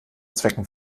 zwecken